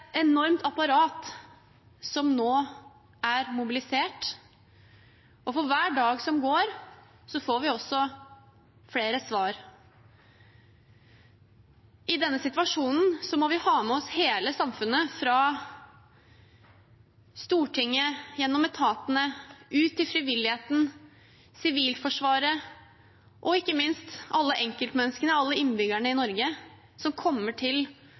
enormt apparat som nå er mobilisert, og for hver dag som går, får vi også flere svar. I denne situasjonen må vi ha med oss hele samfunnet – fra Stortinget, gjennom etatene, ut til frivilligheten, Sivilforsvaret og ikke minst alle enkeltmenneskene, alle innbyggerne i Norge, som kommer til